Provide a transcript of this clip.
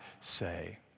say